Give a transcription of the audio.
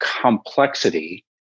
complexity